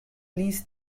ließ